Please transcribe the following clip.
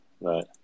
right